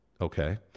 Okay